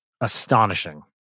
astonishing